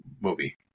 movie